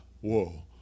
whoa